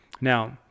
Now